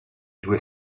due